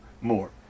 more